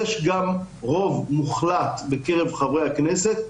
יש גם רוב מוחלט בקרב חברי הכנסת,